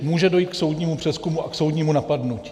Může dojít k soudnímu přezkumu a k soudnímu napadnutí.